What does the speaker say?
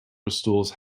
restores